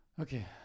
Okay